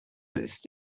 list